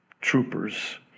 troopers